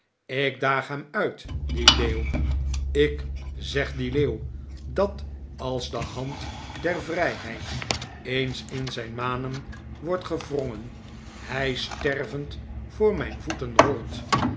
ik daag hem uit dien leeuw ik zeg dien leeuw dat als de hand der vrijheid eens in zijn manen wordt gewrongen hij stervend voor mijn voeten rolt